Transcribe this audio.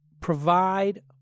provide